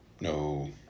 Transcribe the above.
no